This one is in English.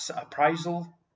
appraisal